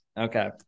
Okay